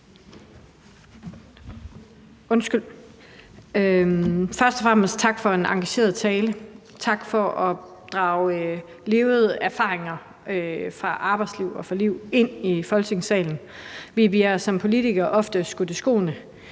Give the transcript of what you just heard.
(S): Først og fremmest tak for en engageret tale. Tak for at drage oplevede erfaringer fra arbejdslivet og fra livet ind i Folketingssalen. Vi bliver som politikere ofte skudt i skoene,